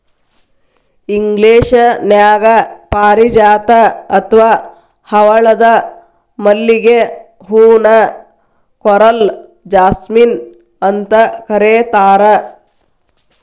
ಇಂಗ್ಲೇಷನ್ಯಾಗ ಪಾರಿಜಾತ ಅತ್ವಾ ಹವಳದ ಮಲ್ಲಿಗೆ ಹೂ ನ ಕೋರಲ್ ಜಾಸ್ಮಿನ್ ಅಂತ ಕರೇತಾರ